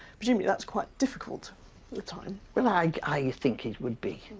presumably, that's quite difficult at the time. well, like i think it would be,